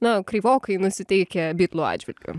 na kreivokai nusiteikę bitlų atžvilgiu